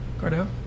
Cardell